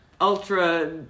ultra